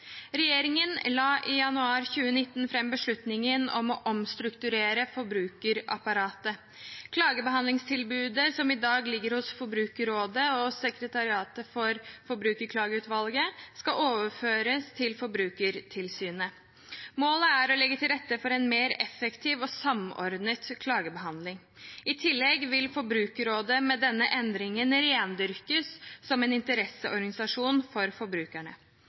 Regjeringen la i januar 2019 fram beslutningen om å omstrukturere forbrukerapparatet. Klagebehandlingstilbudet som i dag ligger hos Forbrukerrådet og sekretariatet for Forbrukerklageutvalget, skal overføres til Forbrukertilsynet. Målet er å legge til rette for en mer effektiv og samordnet klagebehandling. I tillegg vil Forbrukerrådet med denne endringen rendyrkes som en interesseorganisasjon for forbrukerne.